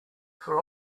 for